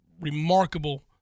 remarkable